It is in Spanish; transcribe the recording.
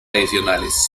adicionales